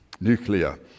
Nuclear